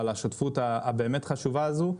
על השותפות הבאמת חשובה הזו.